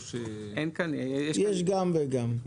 יש גם וגם.